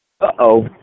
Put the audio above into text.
Uh-oh